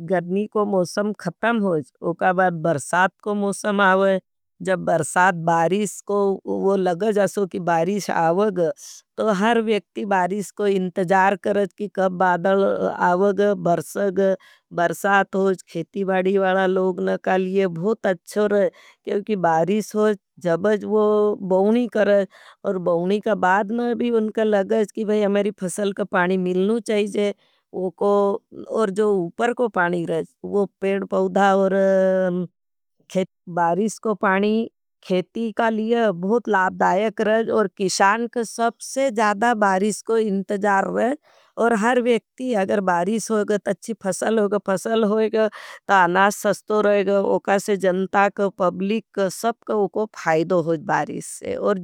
गर्नी को मौसम खटम होज, वर्सात को मौसम आओग, बर्सात बारिष को लग जासो कि बारिष आओग। तो हर व्यक्ति बारिष को इंतजार करेज कि कब बादल आओग। बर्सग, बर्सात होज, खेती बाड़ी वाड़ा लोग न कालिये बहुत अच्छो रहे।। क्योंकि बारिस को पाणी रहे, वो पेड़, पव्धा और खेती, बारिष को पाणी। खेती का लिये बहुत लाबदायक रहेज, और किशान का सबसे ज़्यादा बारिष को इंतजार रहेज। और हर व्यक्ति अगर बारिष होग, तो अच्छी होगा, फसल होगा, तो अनाश सस्तो रहेगा। उकासे जनता का, पभुली का, सब का, उको भाईदो होगा बारिष से, और